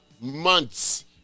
months